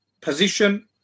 position